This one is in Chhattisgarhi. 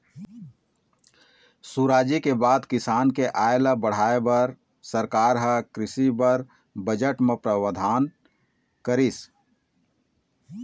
सुराजी के बाद किसान के आय ल बढ़ाय बर सरकार ह कृषि बर बजट म प्रावधान करिस